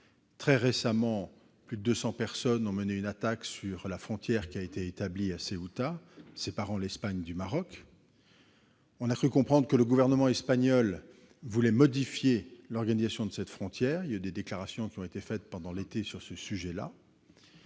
Très récemment, plus de 200 personnes ont mené une attaque sur la frontière établie à Ceuta, qui sépare l'Espagne du Maroc. On a cru comprendre que le gouvernement espagnol voulait modifier l'organisation de cette frontière ; des déclarations ont été faites pendant l'été. En prenant